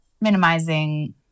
minimizing